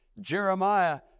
Jeremiah